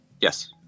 yes